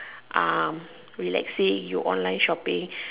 um relaxing you online shopping